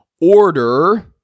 order